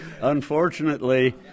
Unfortunately